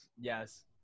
Yes